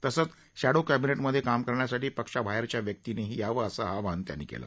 तसंच शष्ठो कबिनेट मध्ये काम करण्यासाठी पक्षाबाहेरच्या व्यक्तीनीही यावं असं आवाहन त्यांनी केलं